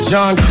John